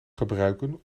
gebruiken